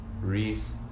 Reese